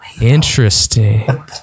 Interesting